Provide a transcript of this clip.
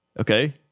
Okay